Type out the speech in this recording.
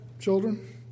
children